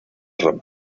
roma